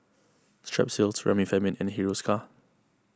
Strepsils Remifemin and Hiruscar